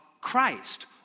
Christ